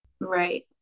Right